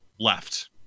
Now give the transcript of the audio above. left